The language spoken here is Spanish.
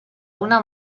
una